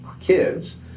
kids